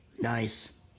Nice